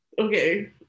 Okay